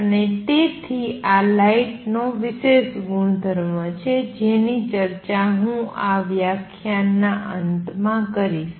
અને તેથી આ લાઇટનો વિશેષ ગુણધર્મ છે જેની ચર્ચા હું આ વ્યાખ્યાનના અંતમાં કરીશ